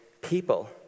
people